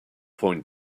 point